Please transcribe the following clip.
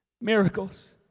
miracles